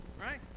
right